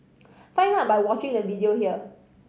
find out by watching the video here